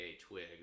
Twigs